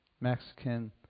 Mexican